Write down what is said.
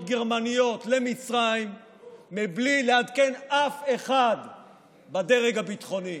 גרמניות למצרים מבלי לעדכן אף אחד בדרג הביטחוני.